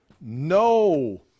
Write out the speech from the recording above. no